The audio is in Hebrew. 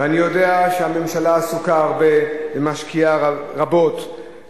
ואני יודע שהממשלה עסוקה הרבה ומשקיעה רבות,